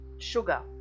sugar